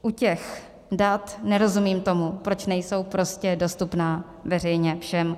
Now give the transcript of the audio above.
U těch dat nerozumím tomu, proč nejsou prostě dostupná veřejně všem.